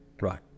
right